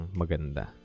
maganda